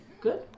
good